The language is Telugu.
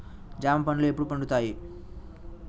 జామ పండ్లు ఎప్పుడు పండుతాయి?